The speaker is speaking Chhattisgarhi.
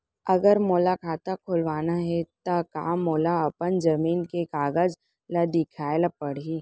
अगर मोला खाता खुलवाना हे त का मोला अपन जमीन के कागज ला दिखएल पढही?